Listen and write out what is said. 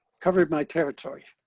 covered my territory.